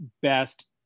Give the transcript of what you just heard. best